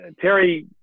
Terry